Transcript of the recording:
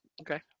Okay